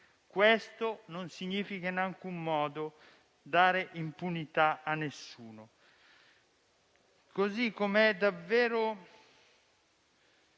Questo non significa in alcun modo dare impunità a nessuno.